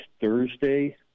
Thursday